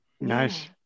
Nice